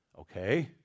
Okay